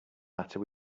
matter